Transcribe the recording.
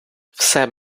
все